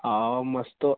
ಓ ಮಸ್ತು